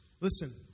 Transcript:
Listen